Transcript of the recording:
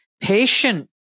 patient